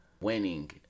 winning